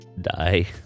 die